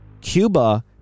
Cuba